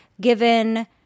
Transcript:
given